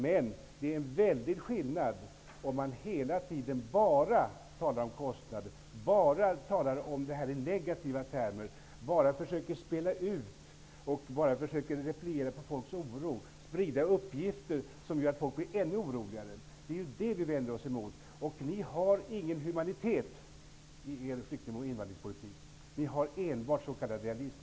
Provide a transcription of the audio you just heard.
Men det är en väldig skillnad mot att hela tiden bara tala om kostnader, att bara tala om det här i negativa termer, att bara försöka repliera på folks oro och sprida uppgifter som gör att folk blir ännu oroligare. Det är det vi vänder oss emot. Ni har ingen humanitet i er flykting och invandringspolitik! Ni har enbart s.k. realism.